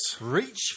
Reach